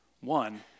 One